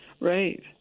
Right